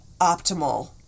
optimal